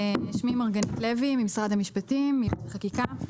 ממשרד המשפטים, ייעוץ וחקיקה, משרד המשפטים.